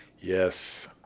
Yes